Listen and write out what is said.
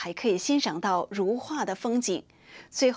i say